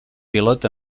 pilot